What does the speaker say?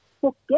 forget